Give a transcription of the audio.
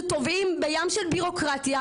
אנחנו טובעים בים של בירוקרטיה,